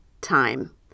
time